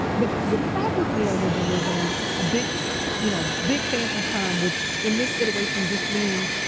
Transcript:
but the problem with neo-liberalism, a big you know big fancy term, which in this iteration just means,